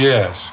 Yes